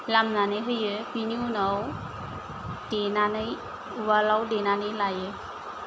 लामनानै होयो बिनि उनाव देनानै उवालाव देनानै लायो